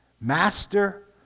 Master